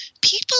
people